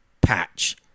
patch